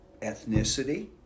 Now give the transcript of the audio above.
ethnicity